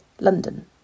London